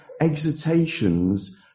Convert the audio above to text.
exhortations